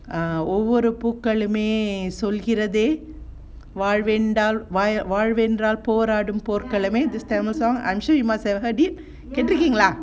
err ஒவ்வொரு பூக்களுமே சொல்கிறதே வாழ்வென்றால் போராடும் போர்க்களமே:ovvoru pookkalume solgirarthe vaazhvendraal poraadum porkkalame this Tamil song I'm sure you must have heard it கேட்டுருக்கீங்களா:ketrukeengala